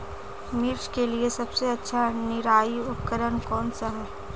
मिर्च के लिए सबसे अच्छा निराई उपकरण कौनसा है?